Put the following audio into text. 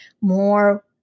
more